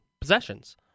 possessions